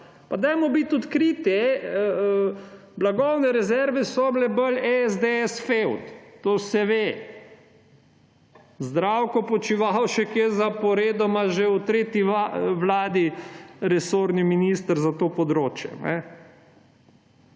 Pa dajmo biti odkriti! Blagovne rezerve so bile bolj SDS fevd. To se ve. Zdravko Počivalšek je zaporedoma že v tretji vladi resorni minister za to področje.